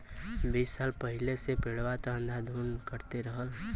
बीस साल पहिले से पेड़वा त अंधाधुन कटते रहल